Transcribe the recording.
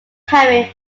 poem